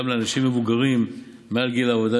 וגם לאנשים מבוגרים מעל גיל עבודה,